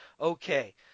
Okay